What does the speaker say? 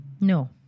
No